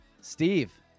Steve